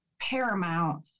paramount